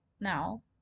Now